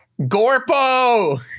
GORPO